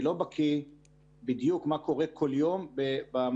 אני לא בקיא בדיוק מה קורה כל יום במשל"ט.